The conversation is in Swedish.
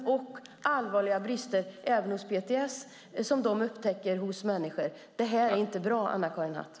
PTS upptäcker också allvarliga brister ute hos människor. Detta är inte bra, Anna-Karin Hatt.